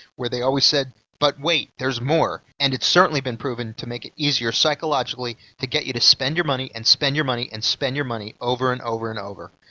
where they always said but wait, there's more? and it's certainly been proven make it easier psychologically to get you to spend your money, and spend your money, and spend your money, over and over and over.